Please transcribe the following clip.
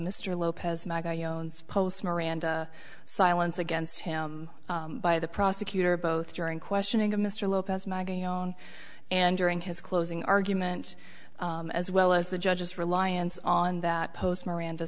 mr lopez mag iowans post miranda silence against him by the prosecutor both during questioning of mr lopez maggie young and during his closing argument as well as the judge's reliance on that post miranda